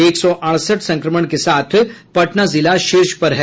एक सौ अड़सठ संक्रमण के साथ पटना जिला शीर्ष पर है